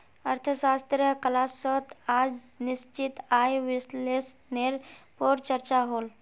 अर्थशाश्त्र क्लास्सोत आज निश्चित आय विस्लेसनेर पोर चर्चा होल